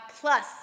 plus